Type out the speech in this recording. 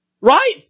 right